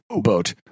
boat